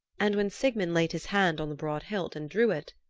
and when sigmund laid his hand on the broad hilt and drew it,